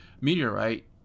meteorite